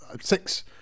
six